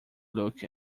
look